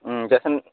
দেচোন